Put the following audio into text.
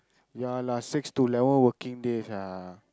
ya lah six to eleven working days ah